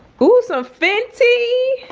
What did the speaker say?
oh so fancy.